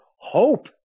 hope